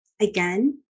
Again